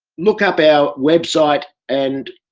look up our website and